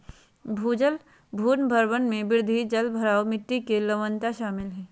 भूजल पुनर्भरण में वृद्धि, जलभराव, मिट्टी के लवणता शामिल हइ